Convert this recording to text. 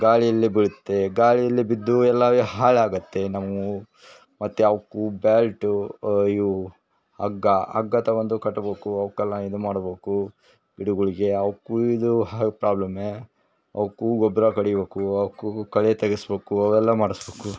ಗಾಳಿಯಲ್ಲಿ ಬೀಳುತ್ತೆ ಗಾಳಿಯಲ್ಲಿ ಬಿದ್ದು ಎಲ್ಲವೇ ಹಾಳಾಗುತ್ತೆ ನಾವು ಮತ್ತು ಅವ್ಕು ಬೇರಿಟ್ಟು ಇವು ಹಗ್ಗ ಹಗ್ಗ ತಗೊಂಡು ಕಟ್ಬೇಕು ಅವುಕೆಲ್ಲ ಇದು ಮಾಡ್ಬೇಕು ಗಿಡಗಳಿಗೆ ಅವ್ಕು ಕುಯ್ದು ಪ್ರಾಬ್ಲಮ್ಮೆ ಅವ್ಕು ಗೊಬ್ಬರ ಕಡಿಬೇಕು ಅವ್ಕು ಕಳೆ ತೆಗಿಸ್ಬೇಕು ಅದೆಲ್ಲ ಮಾಡಿಸ್ಬೇಕು